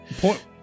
point